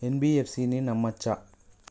NBFC ని నమ్మచ్చా?